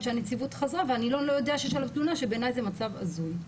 שהנציבות חזרה והנילון לא יודע שיש עליו תלונה שבעיניי זה מצב הזוי.